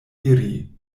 iri